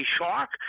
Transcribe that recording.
Shark